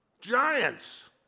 Giants